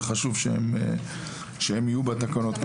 וחשוב שהם יהיו בתקנות,